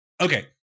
Okay